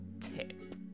tip